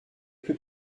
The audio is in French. plus